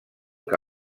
que